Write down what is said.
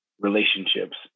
relationships